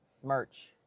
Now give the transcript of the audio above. smirch